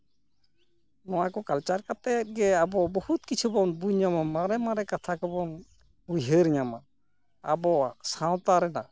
ᱱᱚᱣᱟ ᱠᱚ ᱠᱟᱞᱪᱟᱨ ᱠᱟᱛᱮ ᱜᱮ ᱟᱵᱚ ᱵᱚᱦᱩᱛ ᱠᱤᱪᱷᱩ ᱵᱚᱱ ᱵᱩᱡ ᱧᱟᱢᱟ ᱢᱟᱨᱮ ᱢᱟᱨᱮ ᱠᱟᱛᱷᱟ ᱠᱚᱵᱚᱱ ᱩᱭᱦᱟᱹᱨ ᱧᱟᱢᱟ ᱟᱵᱚᱣᱟᱜ ᱥᱟᱶᱛᱟ ᱨᱮᱱᱟᱜ